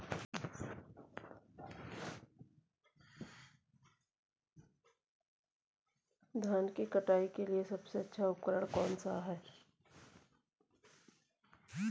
धान की कटाई के लिए सबसे अच्छा उपकरण कौन सा है?